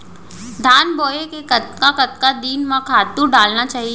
धान बोए के कतका कतका दिन म खातू डालना चाही?